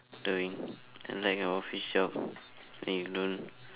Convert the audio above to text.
doing unlike a office job and you don't